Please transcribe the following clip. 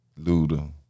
Luda